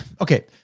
Okay